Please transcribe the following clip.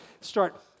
start